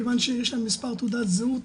מכיוון שיש שם מספר תעודת זהות,